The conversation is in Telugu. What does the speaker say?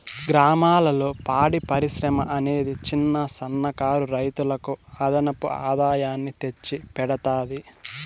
గ్రామాలలో పాడి పరిశ్రమ అనేది చిన్న, సన్న కారు రైతులకు అదనపు ఆదాయాన్ని తెచ్చి పెడతాది